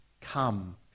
come